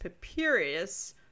Papirius